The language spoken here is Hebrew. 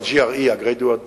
ה-GRE, Graduate Examination.